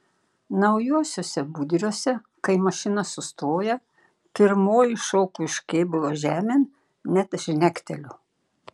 naujuosiuose budriuose kai mašina sustoja pirmoji šoku iš kėbulo žemėn net žnekteliu